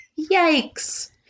Yikes